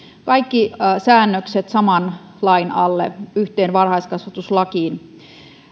kaikki säännökset saman lain alle yhteen varhaiskasvatuslakiin